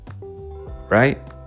Right